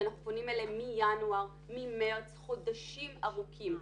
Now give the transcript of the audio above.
אנחנו פונים אליהם מינואר, ממרס, חודשים ארוכים.